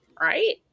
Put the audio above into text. right